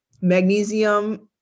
magnesium